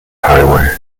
highway